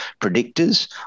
predictors